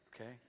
Okay